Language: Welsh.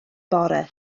bore